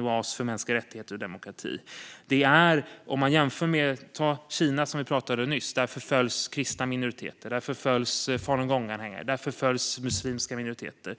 oas för mänskliga rättigheter och demokrati. Vi kan jämföra med Kina, som vi talade om nyss. Där förföljs kristna minoriteter, falungonganhängare och muslimska minoriteter.